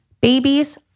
Babies